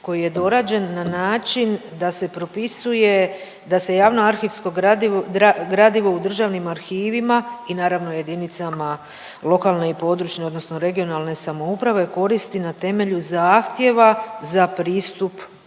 koji je dorađen na način da se propisuje da se javno arhivsko gradivo u državnim arhivima i naravno jedinicama lokalne i područne odnosno regionalne samouprave koristi na temelju zahtijeva za pristup gradiva.